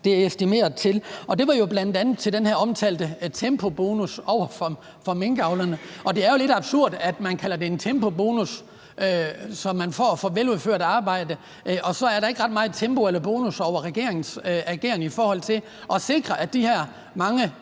det er estimeret til. Det var jo bl.a. til den her omtalte tempobonus til minkavlerne. Og det er jo lidt absurd, at man kalder det en tempobonus, som man får for veludført arbejde, og så er der ikke ret meget tempo eller bonus over regeringens ageren for at sikre, at de her mange